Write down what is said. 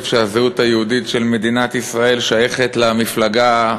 שהזהות היהודית של מדינת ישראל שייכת למפלגה,